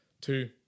Two